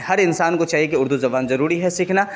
ہر انسان کو چاہیے کہ اردو زبان ضروری ہے سیکھنا